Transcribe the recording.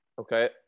Okay